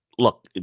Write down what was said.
Look